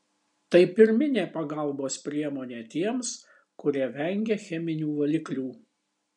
tai pirminė pagalbos priemonė tiems kurie vengia cheminių valiklių